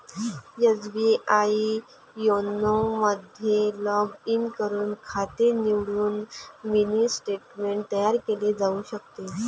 SBI YONO मध्ये log in करून खाते निवडून मिनी स्टेटमेंट तयार केले जाऊ शकते